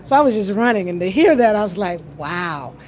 so i was just running. and to hear that i was like, wow.